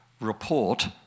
report